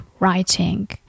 Writing